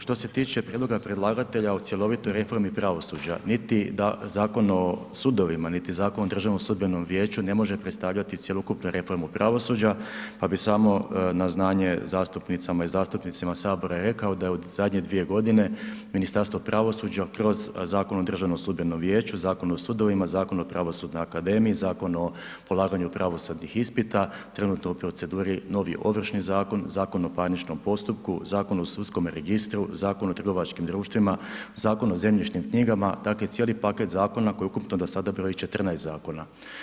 Što se tiče prijedloga predlagatelja o cjelovitoj reformi pravosuđa niti Zakon o sudovima, niti Zakon o Državnom sudbenom vijeću ne može predstavljati cjelokupnu reformu pravosuđa pa bi samo na znanje zastupnicama i zastupnicima sabora rekao da je u zadnje 2 godine Ministarstvo pravosuđa kroz Zakon o Državnom sudbenom vijeću, Zakon o sudovima, Zakon o Pravosudnoj akademiji, Zakon o polaganju pravosudnih ispita trenutno u proceduri novi Ovršni zakon, Zakon o parničnom postupku, Zakon o sudskome registru, Zakon o trgovačkim društvima, Zakon o zemljišnim knjigama, dakle cijeli paket zakona koji ukupno do sada broji 14 zakona.